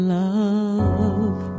love